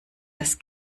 das